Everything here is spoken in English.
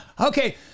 okay